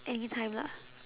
anytime lah